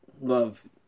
Love